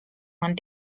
man